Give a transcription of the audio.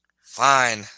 Fine